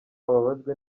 ababajwe